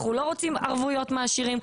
אנחנו לא רוצים ערבויות מעשירים,